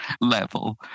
level